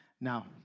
Now